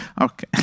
Okay